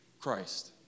Christ